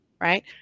right